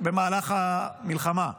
במהלך המלחמה.